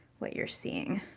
what you're seeing.